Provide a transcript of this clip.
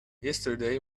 yesterday